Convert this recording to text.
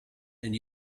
and